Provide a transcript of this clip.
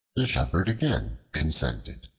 the shepherd again consented.